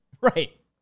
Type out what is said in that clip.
right